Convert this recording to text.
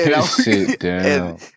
sit-down